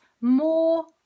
more